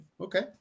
Okay